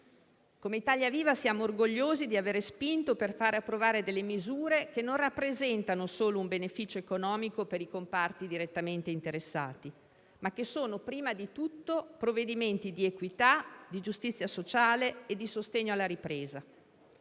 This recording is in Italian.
Come Italia Viva siamo orgogliosi di avere spinto per far approvare delle misure, che non rappresentano solo un beneficio economico per i comparti direttamente interessati, ma che sono, prima di tutto, provvedimenti di equità, di giustizia sociale e di sostegno alla ripresa.